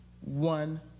one